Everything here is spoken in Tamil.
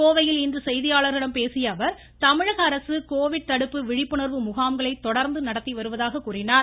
கோவையில் இன்று செய்தியாளர்களிடம் பேசிய அவர் தமிழக அரசு கோவிட் தடுப்பு விழிப்புணர்வு முகாம்களை தொடர்ந்து நடத்தி வருவதாக கூறினார்